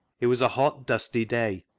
it was a hot, dusty day